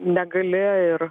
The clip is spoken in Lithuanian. negali ir